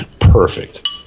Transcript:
perfect